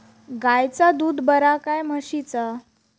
गायचा दूध बरा काय म्हशीचा?